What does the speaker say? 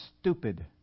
stupid